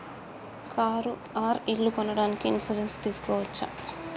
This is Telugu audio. కారు ఆర్ ఇల్లు కొనడానికి ఇన్సూరెన్స్ తీస్కోవచ్చా?